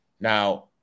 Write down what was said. Now